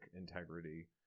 integrity